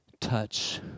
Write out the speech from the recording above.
touch